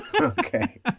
Okay